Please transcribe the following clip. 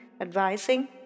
advising